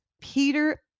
Peter